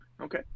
Okay